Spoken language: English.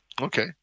Okay